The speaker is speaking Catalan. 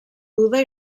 buda